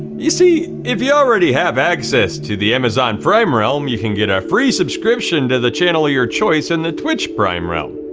you see, if you already have access to the amazon prime realm, you can get a free subscription to the channel of your choice in the twitch prime realm.